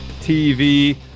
TV